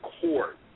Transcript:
court